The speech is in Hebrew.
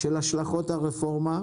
של השלכות הרפורמה,